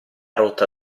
rotta